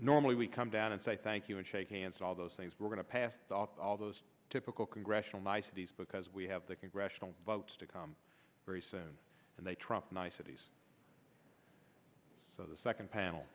normally we come down and say thank you and shake hands all those things we're going to pass all those typical congressional niceties because we have the congressional votes to come very soon and they trump niceties so the second panel